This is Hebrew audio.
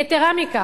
יתירה מכך,